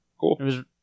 Cool